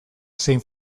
zein